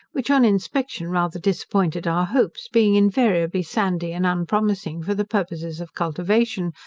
which, on inspection, rather disappointed our hopes, being invariably sandy and unpromising for the purposes of cultivation,